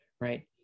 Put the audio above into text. right